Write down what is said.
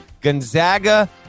Gonzaga